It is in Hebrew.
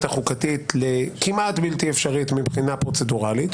החוקתית לכמעט בלתי אפשרית מבחינה פרוצדורלית,